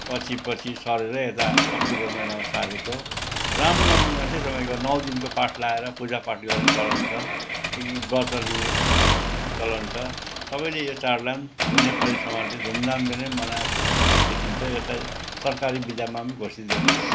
पछि पछि सरेर यता अक्टोबर महिनामा सारेको रामनवमीमा चाहिँ तपाईँको नौ दिनको पाठ लाएर पूजा पाठ गर्ने चलन छ एकदिन व्रत लिने चलन छ सबैले यो चाढलाई पनि हाम्रो नेपाली समाजले धुमधामले नै मनाएको देखिन्छ र यसलाई सरकारी बिदामा पनि घोषित गरिदिएको छ